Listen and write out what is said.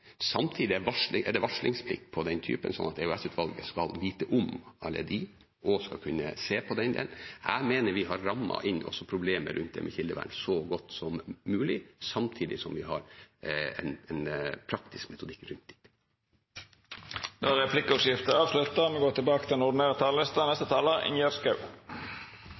er det varslingsplikt for den typen, slik at EOS-utvalget skal vite om alle disse, og skal kunne se på det. Jeg mener vi har rammet inn problemet rundt det med kildevern så godt som mulig, samtidig som vi har en praktisk metodikk rundt det. Replikkordskiftet er dermed avslutta. Dei talarane som heretter får ordet, har ei taletid på inntil 3 minutt. Den